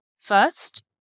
first